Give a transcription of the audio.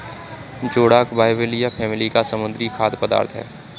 जोडाक बाइबलिया फैमिली का समुद्री खाद्य पदार्थ है